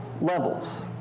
levels